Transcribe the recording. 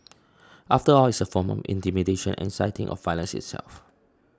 after all it's a form on intimidation and inciting of violence itself